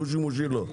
לא, דו שימושי לא.